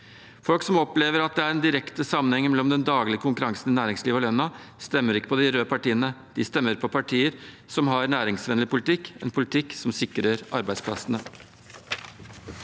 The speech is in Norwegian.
Folk som opplever at det er en direkte sammenheng mellom den daglige konkurransen i næringslivet og lønnen, stemmer ikke på de røde partiene; de stemmer på partier som har en næringsvennlig politikk, en politikk som sikrer arbeidsplassene.